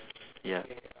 ya